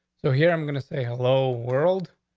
so here. i'm gonna say, hello, world.